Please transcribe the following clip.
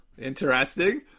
interesting